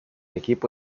equipo